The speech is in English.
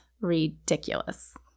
ridiculous